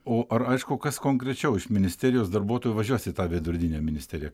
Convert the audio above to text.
o ar aišku kas konkrečiau iš ministerijos darbuotojų važiuos į tą vidurdienio ministeriją